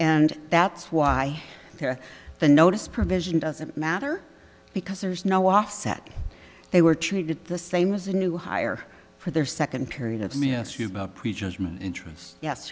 and that's why the notice provision doesn't matter because there's no offset they were treated the same as a new hire for their second period of me ask you about prejudgment interest yes